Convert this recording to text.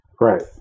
Right